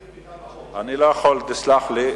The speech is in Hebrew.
אני לא יכול, תסלח לי,